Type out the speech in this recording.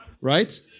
right